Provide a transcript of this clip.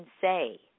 say